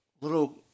little